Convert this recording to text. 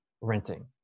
renting